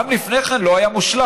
גם לפני כן לא היה מושלם,